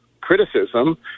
criticism